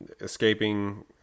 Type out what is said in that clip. escaping